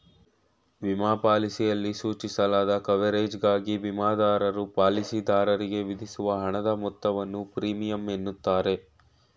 ವಿಮಾ ಪಾಲಿಸಿಯಲ್ಲಿ ಸೂಚಿಸಲಾದ ಕವರೇಜ್ಗಾಗಿ ವಿಮಾದಾರರು ಪಾಲಿಸಿದಾರರಿಗೆ ವಿಧಿಸುವ ಹಣದ ಮೊತ್ತವನ್ನು ಪ್ರೀಮಿಯಂ ಎನ್ನುತ್ತಾರೆ